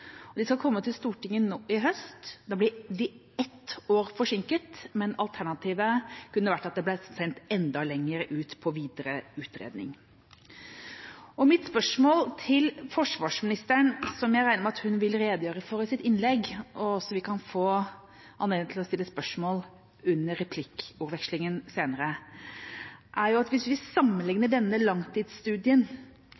Stortinget. De skal komme til Stortinget nå til høsten, og da vil de være ett år forsinket, men alternativet kunne vært at det ble sendt ut på en videre utredning. Mitt spørsmål til forsvarsministeren – som jeg regner med at hun vil redegjøre for i sitt innlegg, så vi kan få anledning til å stille spørsmål under replikkordvekslingen senere – er: Hvis vi